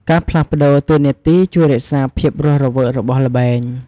ការផ្លាស់ប្តូរតួនាទីជួយរក្សាភាពរស់រវើករបស់ល្បែង។